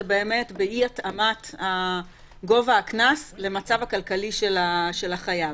זה באמת באי התאמת גובה הקנס למצב הכלכלי של החייב.